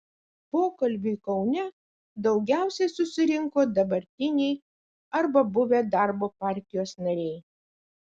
pokalbiui kaune daugiausiai susirinko dabartiniai arba buvę darbo partijos nariai